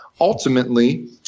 ultimately